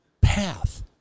path